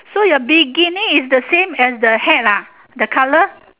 so your bikini is the same as the hat ah the colour